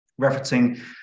referencing